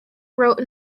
wrote